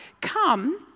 Come